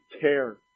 care